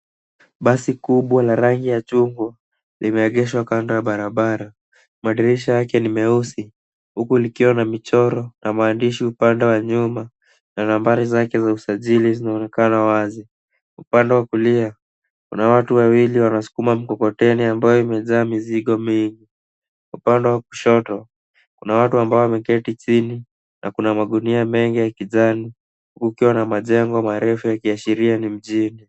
Basi kubwa la rangi ya chuma limeegeshwa kando ya barbara madirisha Yake Ni mweusi huku likiwa na michoro na maandishi upande wa nyuma na namba zake za usajili zinaonekana wazi upande wa kulia kuna watu wawili wanasukuma mikokoteni ambayo imejaa mzigo mingi. Upande wa kushoto kuna watu wameketi chini na kuna magunia mengi ya kijani huku ikiwa na majengo marefu yakiashiria ni mjini.